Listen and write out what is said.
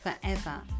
forever